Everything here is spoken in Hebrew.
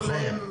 נכון.